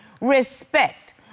respect